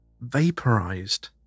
vaporized